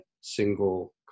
single